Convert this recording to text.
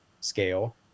scale